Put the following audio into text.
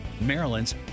Maryland's